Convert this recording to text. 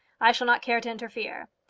i shall not care to interfere.